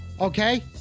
Okay